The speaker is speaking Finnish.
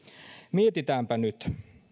mietitäänpä nyt